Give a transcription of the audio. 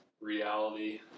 reality